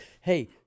Hey